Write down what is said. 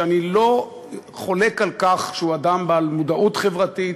שאני לא חולק על כך שהוא אדם בעל מודעות חברתית,